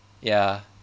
ya